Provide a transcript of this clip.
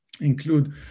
include